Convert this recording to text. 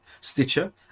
Stitcher